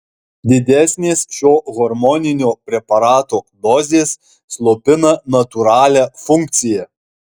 didesnės šio hormoninio preparato dozės slopina natūralią funkciją